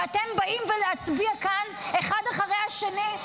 ואתם באים להצביע כאן אחד אחרי השני,